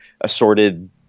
assorted